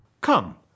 come